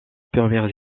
premières